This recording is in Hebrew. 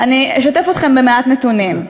אני אשתף אתכם במעט נתונים: